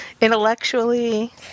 intellectually